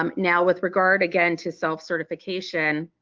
um now with regard again to self-certification,